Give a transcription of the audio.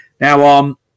Now